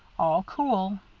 all cool.